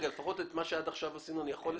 לפחות את מה שעשינו עד עכשיו, אני יכול לסכם?